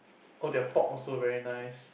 oh their pork also very nice